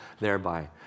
thereby